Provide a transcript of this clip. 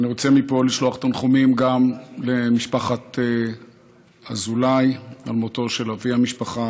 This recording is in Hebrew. אני רוצה מפה לשלוח תנחומים גם למשפחת אזולאי על מותו של אבי המשפחה,